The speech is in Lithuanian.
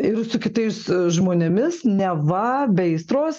ir su kitais žmonėmis neva be aistros